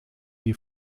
die